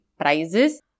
prizes